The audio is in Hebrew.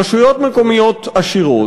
ברשויות מקומיות עשירות,